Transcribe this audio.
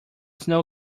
snow